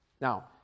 Now